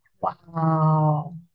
Wow